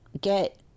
get